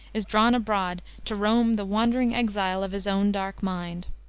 is drawn abroad to roam, the wandering exile of his own dark mind.